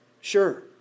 sure